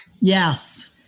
Yes